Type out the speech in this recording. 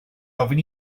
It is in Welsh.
ofyn